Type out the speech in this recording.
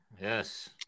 Yes